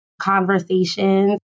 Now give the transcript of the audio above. conversations